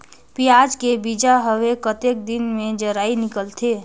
पियाज के बीजा हवे कतेक दिन मे जराई निकलथे?